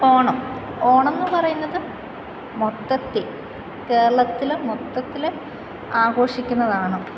ഓണം ഓണം എന്ന് പറയുന്നത് മൊത്തത്തിൽ കേരളത്തിൽ മൊത്തത്തിൽ ആഘോഷിക്കുന്നതാണ്